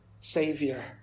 Savior